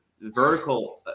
vertical